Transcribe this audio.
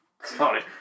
sorry